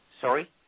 Sorry